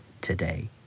today